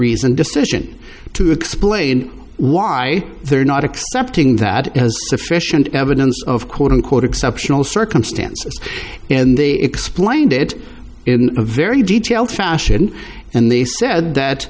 reasoned decision to explain why they're not accepting that as sufficient evidence of quote unquote exceptional circumstances and they explained it in a very detailed fashion and they said that